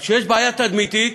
אז כשיש בעיה תדמיתית